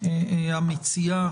מירב בן ארי המציעה,